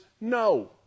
no